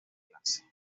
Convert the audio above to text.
enlace